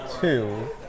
two